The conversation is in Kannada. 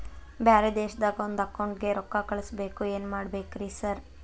ಬ್ಯಾರೆ ದೇಶದಾಗ ಒಂದ್ ಅಕೌಂಟ್ ಗೆ ರೊಕ್ಕಾ ಕಳ್ಸ್ ಬೇಕು ಏನ್ ಮಾಡ್ಬೇಕ್ರಿ ಸರ್?